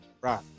Right